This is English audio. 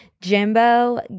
Jimbo